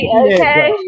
okay